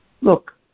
Look